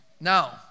now